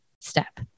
step